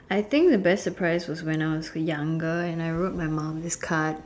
I think the best surprise was when I was younger and I wrote my mum this card